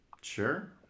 sure